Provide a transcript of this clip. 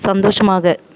சந்தோஷமாக